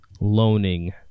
loaning